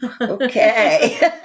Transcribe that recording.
okay